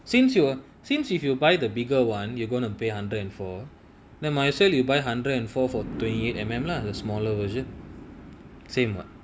since you're since if you buy the bigger one you're gonna pay hundred and four then might as well you buy hundred and four four twenty eight mm lah the smaller version same [what]